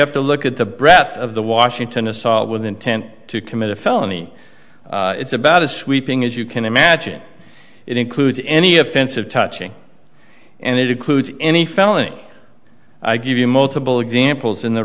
have to look at the breath of the washington assault with intent to commit a felony it's about a sweeping as you can imagine it includes any offensive touching and it includes any felony i give you multiple examples in the